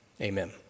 amen